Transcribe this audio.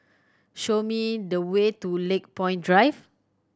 show me the way to Lakepoint Drive